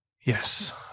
Yes